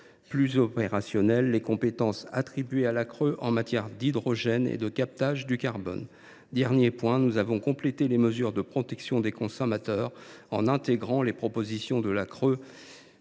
plus opérationnel les compétences attribuées à la CRE en matière d’hydrogène et de captage du carbone. Enfin, nous avons complété les mesures de protection des consommateurs en intégrant les propositions de la CRE